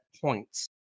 points